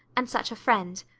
and such a friend.